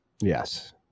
Yes